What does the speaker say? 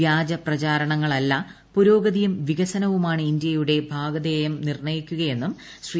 വ്യൂജിപ്രചരണങ്ങളല്ല പുരോഗതിയും വികസനവുമാണ് ഇന്ത്യയുട്ടിട്ട്ഗധേയം നിർണ്ണയിക്കുകയെന്നും ശ്രീ